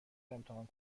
امتحان